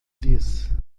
disse